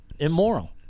Immoral